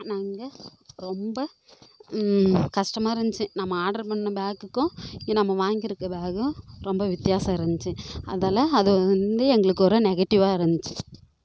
நாங்கள் ரொம்ப கஷ்டமாக இருந்துச்சு நம்ம ஆடர் பண்ணிண பேகுக்கும் இது நம்ம வாங்கியிருக்க பேகும் ரொம்ப வித்தியாசம் இருந்துச்சு அதால அது வந்து எங்களுக்கு ஒரு நெகட்டிவாக இருந்துச்சு